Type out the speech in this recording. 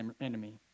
enemy